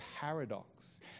paradox